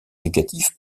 éducatifs